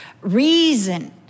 reason